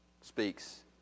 speaks